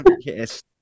Yes